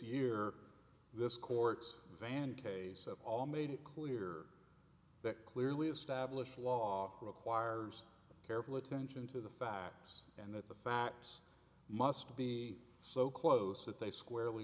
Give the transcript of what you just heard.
year this court's vann case at all made it clear that clearly established law requires careful attention to the facts and that the facts must be so close that they squarely